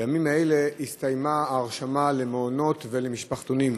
בימים אלה הסתיימה ההרשמה למעונות ולמשפחתונים.